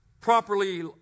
properly